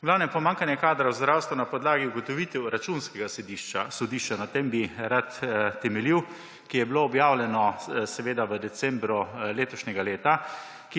V glavnem, pomankanje kadra v zdravstvu na podlagi ugotovitev Računskega sodišča, na tem bi rad temeljil, ki je bilo objavljeno seveda v decembru letošnjega leta,